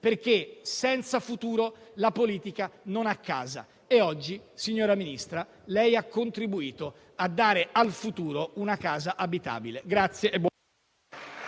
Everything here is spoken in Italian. perché senza futuro la politica non ha casa. E oggi, signora Ministra, lei ha contribuito a dare al futuro una casa abitabile.